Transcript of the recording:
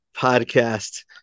podcast